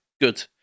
good